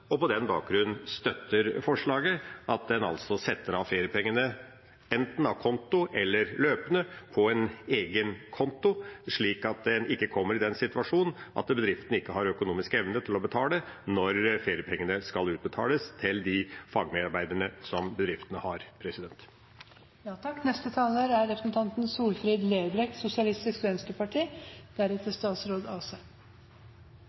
og på den bakgrunn støtter vi forslaget om at en setter av feriepengene enten a konto eller løpende på en egen konto, slik at en ikke kommer i den situasjonen at bedriftene ikke har økonomisk evne til å betale når feriepengene skal utbetales til de fagarbeiderne bedriftene har.